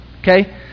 okay